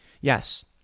Yes